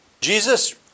Jesus